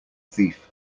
thief